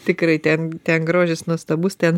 tikrai ten ten grožis nuostabus ten